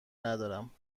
ندارم